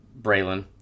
Braylon